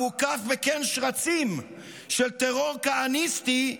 המוקף בקן שרצים של טרור כהניסטי,